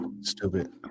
stupid